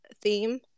theme